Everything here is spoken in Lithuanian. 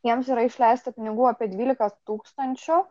jiems yra išleista pinigų apie dvylika tūkstančių